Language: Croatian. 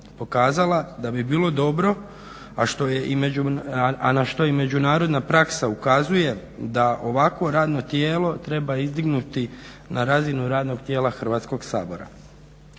da bi bilo dobro, a na što i međunarodna praksa ukazuje da ovakvo radno tijelo treba izdignuti na razinu radnog tijela Hrvatskog sabora.